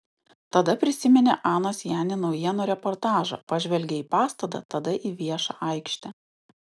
tada prisiminė anos jani naujienų reportažą pažvelgė į pastatą tada į viešą aikštę